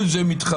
כל זה מתחבר.